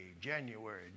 January